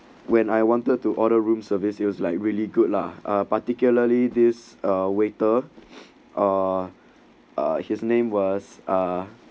when I wanted to order room service sales like really good lah uh particularly this uh waiter uh uh his name was ah